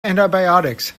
antibiotics